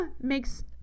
makes